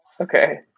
Okay